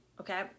Okay